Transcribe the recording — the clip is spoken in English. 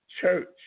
church